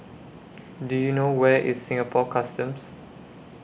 Do YOU know Where IS Singapore Customs